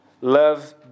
Love